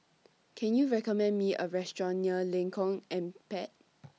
Can YOU recommend Me A Restaurant near Lengkong Empat